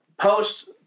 Post